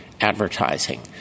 advertising